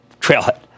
Trailhead